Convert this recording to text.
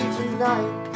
tonight